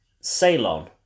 Ceylon